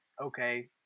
okay